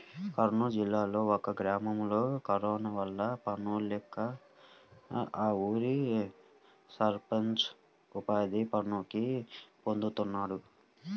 కర్నూలు జిల్లాలో ఒక గ్రామంలో కరోనా వల్ల పనుల్లేక ఆ ఊరి సర్పంచ్ ఉపాధి పనులకి పోతున్నాడు